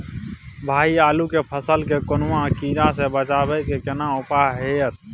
भाई आलू के फसल के कौनुआ कीरा से बचाबै के केना उपाय हैयत?